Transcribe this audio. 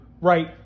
right